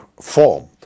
formed